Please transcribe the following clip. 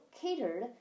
catered